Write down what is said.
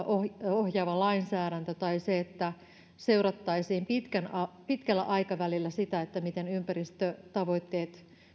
ohjaava lainsäädäntö tai se että seurattaisiin pitkällä aikavälillä sitä miten ympäristötavoitteita